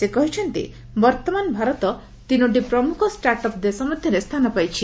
ସେ କହିଛନ୍ତି ବର୍ତ୍ତମାନ ଭାରତ ତିନୋଟି ପ୍ରମୁଖ ଷ୍ଟାର୍ଟଅପ୍ ଦେଶ ମଧ୍ୟରେ ସ୍ଥାନ ପାଇଛି